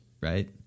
right